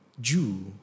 Jew